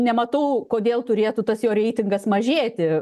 nematau kodėl turėtų tas jo reitingas mažėti